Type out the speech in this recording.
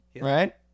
right